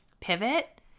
pivot